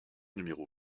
numéro